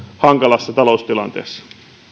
hankalassa taloustilanteessa